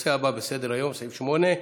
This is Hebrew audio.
לנושא הבא בסדר-היום, נושא שמיני,